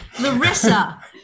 Larissa